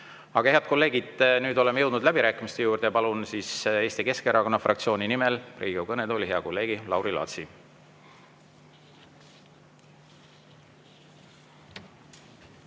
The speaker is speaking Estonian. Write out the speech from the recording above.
Aga head kolleegid! Nüüd oleme jõudnud läbirääkimiste juurde. Palun Eesti Keskerakonna fraktsiooni nimel Riigikogu kõnetooli hea kolleegi Lauri Laatsi.